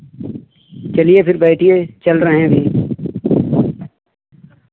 चलिए फिर बैठिए चल रहे हैं